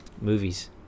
movies